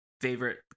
favorite